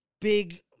big